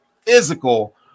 physical